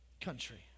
country